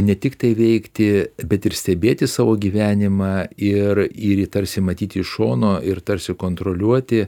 ne tiktai veikti bet ir stebėti savo gyvenimą ir jį tarsi matyti iš šono ir tarsi kontroliuoti